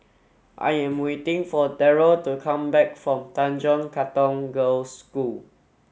I am waiting for Terrell to come back from Tanjong Katong Girls' School